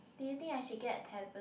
do you think I should get a tablet